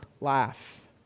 laugh